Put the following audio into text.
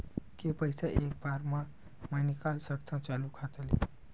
के पईसा एक बार मा मैं निकाल सकथव चालू खाता ले?